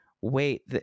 wait